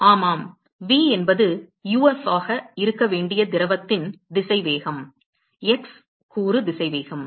ஆமாம் v என்பது uf ஆக இருக்க வேண்டிய திரவத்தின் திசைவேகம் x கூறு திசைவேகம்